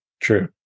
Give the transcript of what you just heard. true